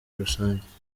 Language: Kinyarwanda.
rusange